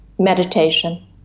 Meditation